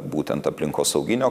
būtent aplinkosauginio